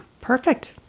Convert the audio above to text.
perfect